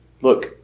look